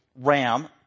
ram